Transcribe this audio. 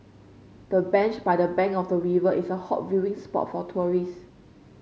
the bench by the bank of the river is a hot viewing spot for tourists